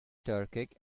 turkic